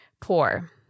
poor